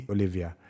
Olivia